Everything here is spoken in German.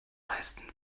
leisten